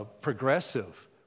progressive